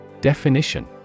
Definition